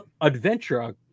adventure